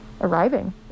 arriving